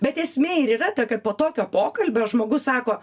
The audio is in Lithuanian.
bet esmė ir yra ta kad po tokio pokalbio žmogus sako